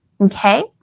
Okay